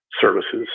services